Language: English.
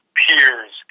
peers